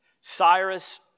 Cyrus